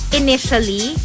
initially